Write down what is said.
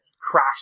crash